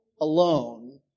alone